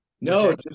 No